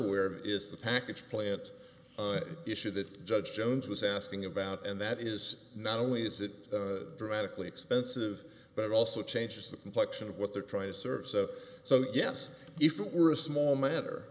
aware of is the package play it an issue that judge jones was asking about and that is not only is it dramatically expensive but it also changes the complexion of what they're trying to serve so so yes if it were a small matter